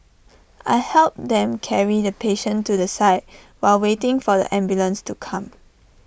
I helped them carry the patient to the side while waiting for the ambulance to come